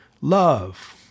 love